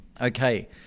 okay